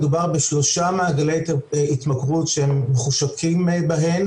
מדובר בשלושה מעגלי התמכרות שהם מחושקים בהן